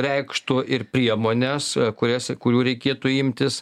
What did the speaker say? reikštų ir priemones kurias kurių reikėtų imtis